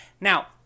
Now